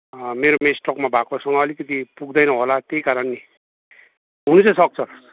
मेरोमा स्टकमा भएकोसँग अलिकति पुग्दैन होला त्यही कारणले हुन चाहिँ सक्छ